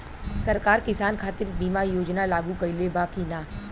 सरकार किसान खातिर बीमा योजना लागू कईले बा की ना?